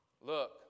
look